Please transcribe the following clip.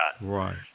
Right